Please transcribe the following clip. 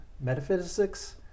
metaphysics